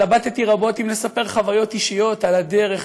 התלבטתי רבות אם לספר חוויות אישיות על הדרך,